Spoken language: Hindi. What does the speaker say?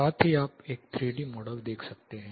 साथ ही आप एक 3D मॉडल देख सकते हैं